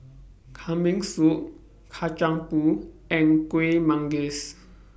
Kambing Soup Kacang Pool and Kuih Manggis